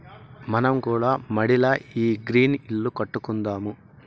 మనం కూడా మడిల ఈ గ్రీన్ ఇల్లు కట్టుకుందాము